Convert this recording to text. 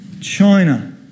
China